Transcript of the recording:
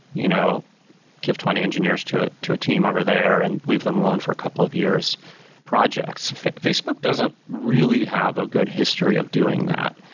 you know give twenty engineers to to a team over there and leave them alone for a couple of years projects facebook doesn't really have a good history of doing that.